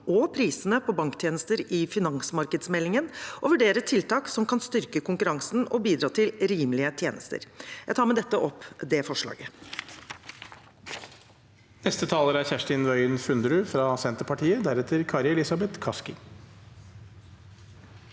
og prisene på banktjenester i finansmarkedsmeldingen, og vurdere tiltak som kan styrke konkurransen og bidra til rimelige tjenester. Som saksordfører anbefaler